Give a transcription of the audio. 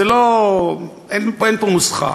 אין פה נוסחה.